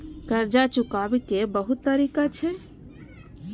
कर्जा चुकाव के बहुत तरीका छै?